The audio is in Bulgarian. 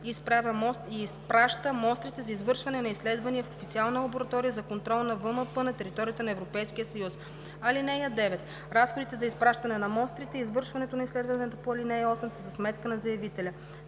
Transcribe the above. и изпраща мострите за извършване на изследвания в официална лаборатория за контрол на ВМП на територията на Европейския съюз. (9) Разходите за изпращане на мострите и извършването на изследванията по ал. 8 са за сметка на заявителя.”